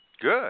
Good